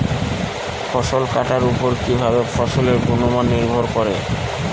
ফসল কাটার উপর কিভাবে ফসলের গুণমান নির্ভর করে?